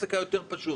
והעסק היה יותר פשוט.